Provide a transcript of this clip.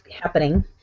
happening